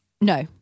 No